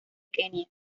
kenia